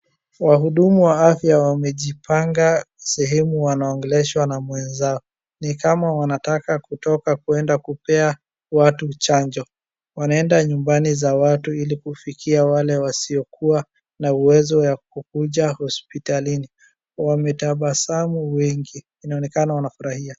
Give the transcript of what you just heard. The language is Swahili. Wahudumu wa afya wamejipanga sehemu wanaongeleshwa na mwenzao. Ni kama wanataka kutoka kwenda kupea watu chanjo. Wanaenda nyumbani za watu ili kufikia wale wasiokuwa na uwezo ya kukuja hospitalini. Wametabasamu wengi. Inaonekana wanafurahia.